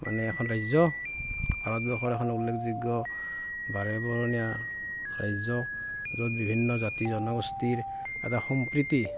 মানে এখন ৰাজ্য ভাৰতবৰ্ষৰ এখন উল্লেখযোগ্য ৰাৰেবৰণীয়া ৰাজ্য য'ত বিভিন্ন জাতি জনগোষ্ঠীৰ এটা সম্প্ৰীতি